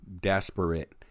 desperate